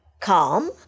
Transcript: calm